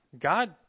God